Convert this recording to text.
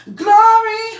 glory